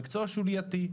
מקצוע שולייתי,